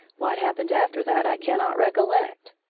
what happened after that i cannot recollect,